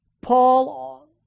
Paul